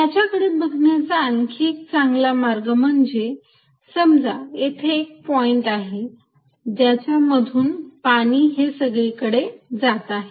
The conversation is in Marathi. याच्याकडे बघण्याचा आणखी चांगला मार्ग म्हणजे समजा येथे एक पॉईंट आहे ज्याच्या मधून पाणी हे सगळी कडे जात आहे